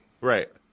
Right